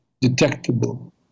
detectable